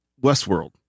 Westworld